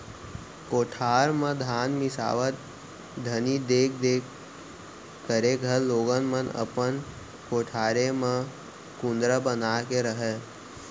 कोठार म धान मिंसावत घनी देख देख करे घर लोगन मन अपन कोठारे म कुंदरा बना के रहयँ